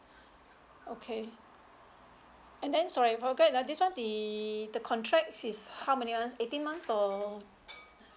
okay and then sorry forget ah this one the the contract is how many months eighteen months or